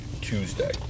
Tuesday